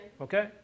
okay